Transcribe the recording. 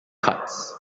cuts